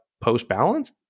post-balance